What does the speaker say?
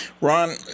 Ron